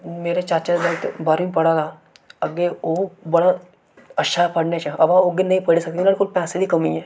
मेरे चाचे दा जागत बारह्मीं पढ़ा दा अग्गें ओह् बड़ा अच्छा पढ़ने च पर ओह् अग्गें नेईं पढ़ी सकदा नुआढ़े कोल पैसे दी कमी ऐ